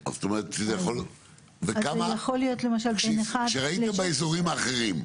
זה יכול להיות למשל בין 1. כשראיתם באזורים האחרים.